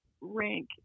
rank